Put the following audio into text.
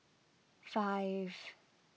five